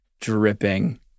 dripping